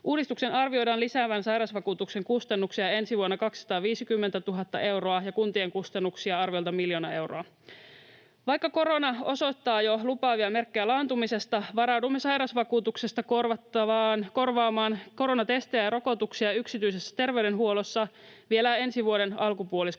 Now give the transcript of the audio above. Uudistuksen arvioidaan lisäävän sairausvakuutuksen kustannuksia ensi vuonna 250 000 euroa ja kuntien kustannuksia arviolta miljoona euroa. Vaikka korona osoittaa jo lupaavia merkkejä laantumisesta, varaudumme sairausvakuutuksesta korvaamaan koronatestejä ja rokotuksia yksityisessä terveydenhuollossa vielä ensi vuoden alkupuoliskon